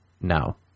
Now